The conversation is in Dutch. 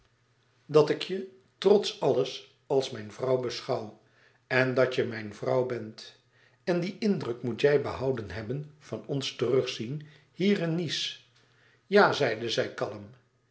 dat ik je trots alles als mijn vrouw beschouw en dat je mijn vrouw bent en die indruk moet jij ook behouden hebben van ons terugzien hier in nice ja zeide zij kalm